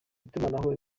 itumanaho